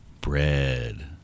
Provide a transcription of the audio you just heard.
bread